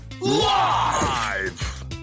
live